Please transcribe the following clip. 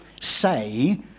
say